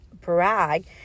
brag